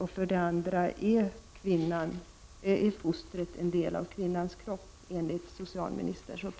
Och anser socialministern att fostret är en del av kvinnans kropp?